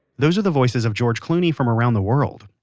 those are the voices of george clooney from around the world.